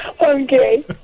Okay